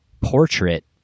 portrait